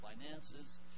finances